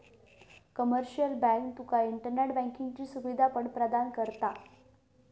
commercial bank तुका internet बँकिंगची सुवीधा पण प्रदान करता